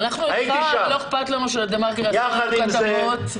לנו לא אכפת שדה מרקר יעשה עלינו כתבה.